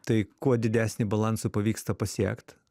tai kuo didesnį balansą pavyksta pasiekt